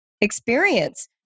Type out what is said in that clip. experience